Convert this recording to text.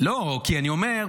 דווקא --- כי אני אומר,